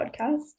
podcast